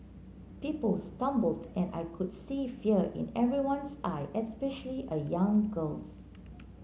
people stumbled and I could see fear in everyone's eye especially a young girl's